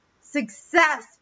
success